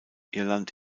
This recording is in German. irland